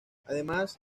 además